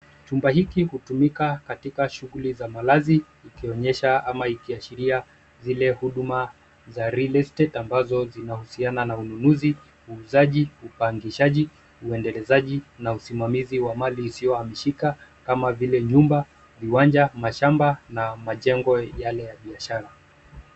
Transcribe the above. Chumba hiki hutumika katika shughuli za malazi ikionyesha ama ikiashiria zile huduma za real estate ambazo zinahusiana na ununuzi, uuzaji, upangishaji, uendelezaji na usimamizi wa mali isiyohamishika kama vile nyumba, viwanja, mashamba na majengo yale ya biashara.